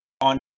on